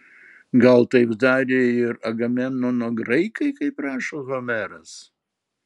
gal taip darė ir agamemnono graikai kaip rašo homeras